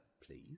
please